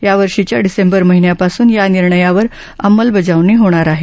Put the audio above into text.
या वर्षीच्या डिसेंबर महिन्यापासून या निर्णयावर अंमलबजावणी होणार आहे